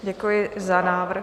Děkuji za návrh.